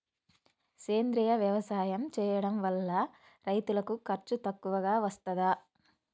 సేంద్రీయ వ్యవసాయం చేయడం వల్ల రైతులకు ఖర్చు తక్కువగా వస్తదా?